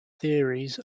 theories